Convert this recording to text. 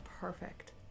perfect